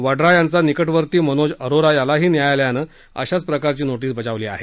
वड्रा यांचा निकडवर्ती मनोज अरोरा यालाही न्यायालयानं अशाच प्रकाराची नोष्पिस बजावली आहे